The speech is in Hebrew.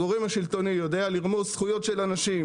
הגורם השלטוני יודע לרמוס זכויות של אנשים,